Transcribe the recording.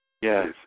Yes